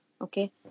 okay